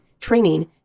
training